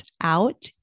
out